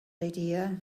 idea